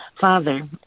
Father